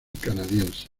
canadiense